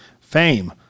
Fame